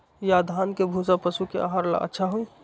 या धान के भूसा पशु के आहार ला अच्छा होई?